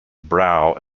brow